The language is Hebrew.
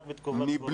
רק בתקופת קורונה.